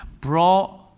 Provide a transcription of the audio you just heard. Brought